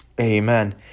Amen